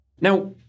Now